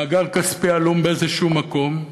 מאגר כספי עלום באיזשהו מקום,